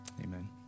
amen